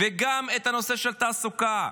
וגם את נושא התעסוקה.